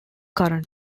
current